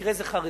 במקרה זה חרדים.